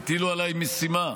הטילו עליי משימה,